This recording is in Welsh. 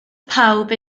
pawb